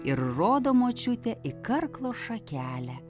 ir rodo močiutė į karklo šakelę